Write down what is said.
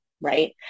right